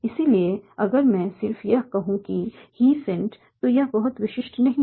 इसलिए अगर मैं सिर्फ यह कहूं कि 'ही सेंट' तो यह बहुत विशिष्ट नहीं है